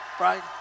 Right